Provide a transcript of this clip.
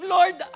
Lord